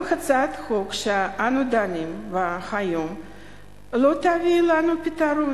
גם הצעת החוק שאנו דנים בה היום לא תביא לנו פתרון.